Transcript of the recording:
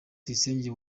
tuyisenge